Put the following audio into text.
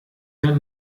der